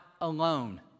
alone